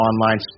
online